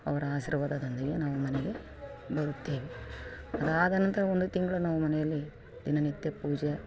ಅವರ ಆಶೀರ್ವಾದದೊಂದಿಗೆ ನಾವು ಮನೆಗೆ ಬರುತ್ತೇವೆ ಅದಾದನಂತರ ಒಂದು ತಿಂಗಳು ನಾವು ಮನೆಯಲ್ಲಿ ದಿನನಿತ್ಯ ಪೂಜೆ